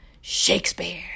Shakespeare